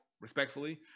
respectfully